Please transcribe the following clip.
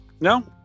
No